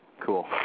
Cool